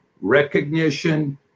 recognition